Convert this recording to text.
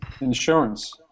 Insurance